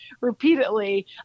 repeatedly